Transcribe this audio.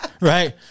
Right